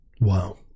wow